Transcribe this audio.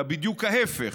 אלא בדיוק להפך,